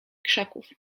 krzaków